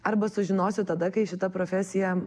arba sužinosiu tada kai šita profesija